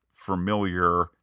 familiar